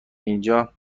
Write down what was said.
اینجا